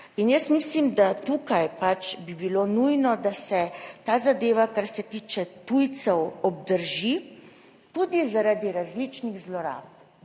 in jaz mislim, da tukaj pač bi bilo nujno, da se ta zadeva, kar se tiče tujcev, obdrži, tudi zaradi različnih zlorab.